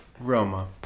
Roma